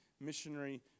missionary